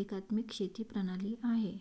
एकात्मिक शेती प्रणाली आहे